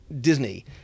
Disney